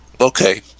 Okay